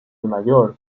mayor